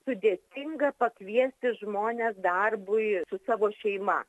sudėtinga pakviesti žmones darbui su savo šeima